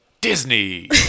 Disney